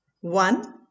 One